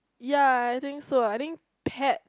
ya I think so ah I think pet